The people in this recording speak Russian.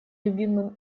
любимым